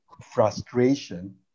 frustration